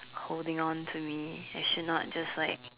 holding on to me and should not just like